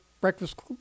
breakfast